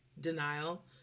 denial